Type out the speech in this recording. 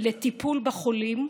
לטיפול בחולים.